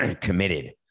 committed